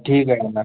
ठीक आहे ना